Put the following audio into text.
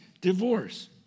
divorce